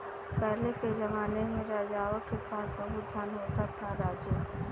पहले के जमाने में राजाओं के पास बहुत धन होता था, राजू